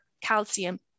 calcium